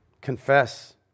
confess